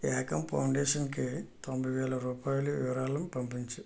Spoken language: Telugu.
ఏకం ఫౌండేషన్కి తొంభై వేల రూపాయలు విరాళం పంపించు